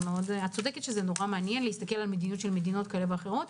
את צודקת שזה נורא מעניין להסתכל על מדיניות של מדינות כאלה ואחרות,